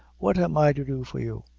what am i to do for you?